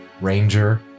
ranger